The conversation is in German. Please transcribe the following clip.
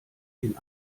den